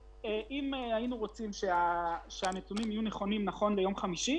היינו רוצים שהנתונים יהיו נכונים ליום חמישי,